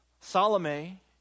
Salome